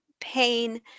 pain